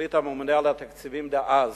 החליט הממונה על התקציבים דאז,